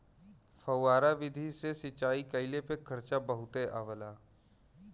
फौआरा विधि से सिंचाई कइले पे खर्चा बहुते आवला